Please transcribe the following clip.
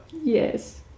Yes